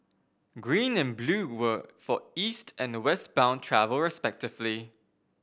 green and blue were for East and West bound travel respectively